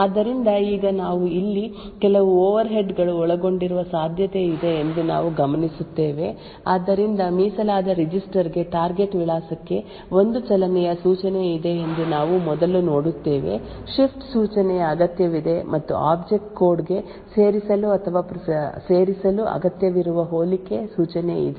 ಆದ್ದರಿಂದ ಈಗ ನಾವು ಇಲ್ಲಿ ಕೆಲವು ಓವರ್ಹೆಡ್ ಗಳು ಒಳಗೊಂಡಿರುವ ಸಾಧ್ಯತೆಯಿದೆ ಎಂದು ನಾವು ಗಮನಿಸುತ್ತೇವೆ ಆದ್ದರಿಂದ ಮೀಸಲಾದ ರಿಜಿಸ್ಟರ್ ಗೆ ಟಾರ್ಗೆಟ್ ವಿಳಾಸಕ್ಕೆ ಒಂದು ಚಲನೆಯ ಸೂಚನೆ ಇದೆ ಎಂದು ನಾವು ಮೊದಲು ನೋಡುತ್ತೇವೆ ಶಿಫ್ಟ್ ಸೂಚನೆಯ ಅಗತ್ಯವಿದೆ ಮತ್ತು ಆಬ್ಜೆಕ್ಟ್ ಕೋಡ್ ಗೆ ಸೇರಿಸಲು ಅಥವಾ ಸೇರಿಸಲು ಅಗತ್ಯವಿರುವ ಹೋಲಿಕೆ ಸೂಚನೆ ಇದೆ